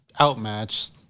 outmatched